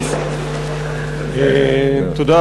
אדוני